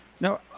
Now